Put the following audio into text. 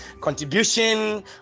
contribution